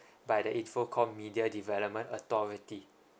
by the infocomm media development authority